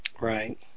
Right